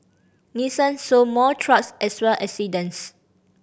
Nissan sold more trucks as well as sedans